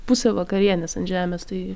pusė vakarienės ant žemės tai